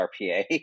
RPA